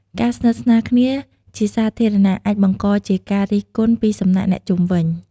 ការស្និទ្ធស្នាលគ្នាជាសាធារណៈអាចបង្កជាការរិះគន់ពីសំណាក់អ្នកជុំវិញ។